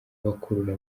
bakurura